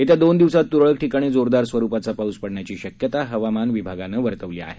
येत्या दोन दिवसात त्रळक ठिकाणी जोरदार स्वरुपाचा पाऊस पडण्याची शक्यता हवामान विभागाने वर्तवली आहे